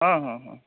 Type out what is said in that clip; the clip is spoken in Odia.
ହଁ ହଁ ହଁ